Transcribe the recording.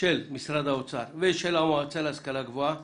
של משרד האוצר ושל המועצה להשכלה גבוהה